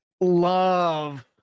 love